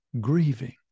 grieving